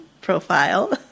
profile